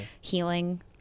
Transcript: healing